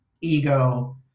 ego